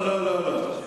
לא, לא, לא.